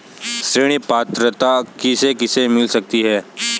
ऋण पात्रता किसे किसे मिल सकती है?